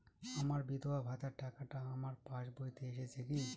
আমার বিধবা ভাতার টাকাটা আমার পাসবইতে এসেছে কি?